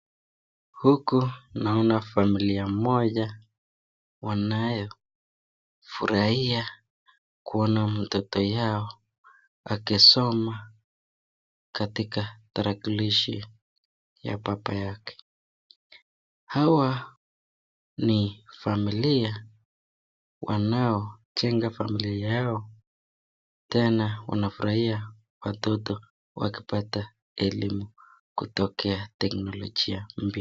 Huku naona familia moja wanayo furahia kuona mtoto yao wakisoma katika tarakilishi ya baba yake. Hawa ni familia wanaojenga familia yao tena wanafurahia watoto wakipata elimu kutokea teknolojia mpya.